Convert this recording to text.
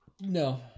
No